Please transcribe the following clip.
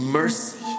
mercy